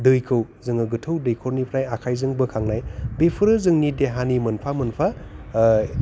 दैखौ जोङो गोथौ दैखरनिफ्राय जोङो आखाइजों बोखांनाय बेफोरो जोंनि देहानि मोनफा मोनफा